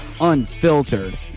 unfiltered